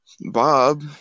Bob